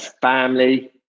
family